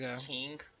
king